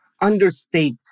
understate